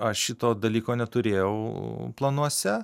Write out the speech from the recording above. aš šito dalyko neturėjau planuose